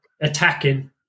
attacking